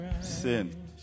sin